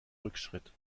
rückschritt